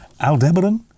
Aldebaran